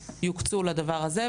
ולהחליט שאלה יוקצו לדבר הזה,